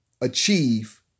achieve